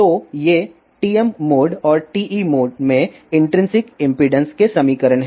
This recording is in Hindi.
तो ये TM मोड और TE मोड में इन्ट्रिंसिक इम्पीडेन्स के समीकरण हैं